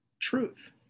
Truth